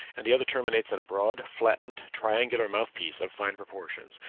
and the other terminates in a broad, flattened, triangular mouth-piece of fine proportions,